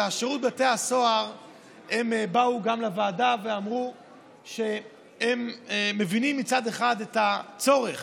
משירות בתי הסוהר באו לוועדה ואמרו שהם מבינים מצד אחד את הצורך